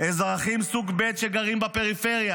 אזרחים סוג ב', שגרים בפריפריה,